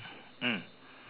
human bones lah